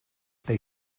they